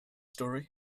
story